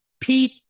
Pete